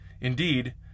Indeed